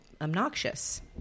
obnoxious